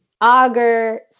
auger